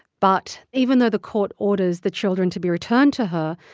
but even though the court orders the children to be returned to her,